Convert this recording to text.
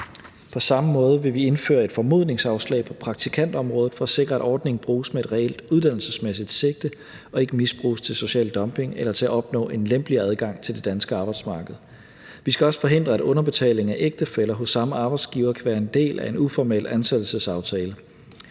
På samme måde vil vi indføre et formodningsafslag på praktikantområdet for at sikre, at ordningen bruges med et reelt uddannelsesmæssigt sigte og ikke misbruges til social dumping eller til at opnå en lempeligere adgang til det danske arbejdsmarked. Vi skal også forhindre, at underbetaling af ægtefæller hos samme arbejdsgiver kan være en del af en uformel ansættelsesaftale.